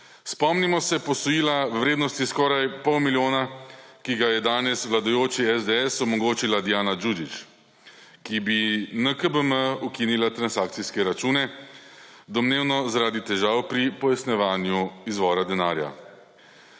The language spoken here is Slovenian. Spomni smo se posojila v vrednosti skoraj pol milijona, ki ga je danes vladajočemu SDS omogočila Dijana Đuđić, ki bi NKBM ukinila transakcijske račune, domnevno zaradi težav pri pojasnjevanju izvora denarja.